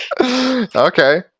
Okay